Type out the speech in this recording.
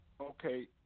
okay